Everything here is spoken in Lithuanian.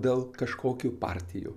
dėl kažkokių partijų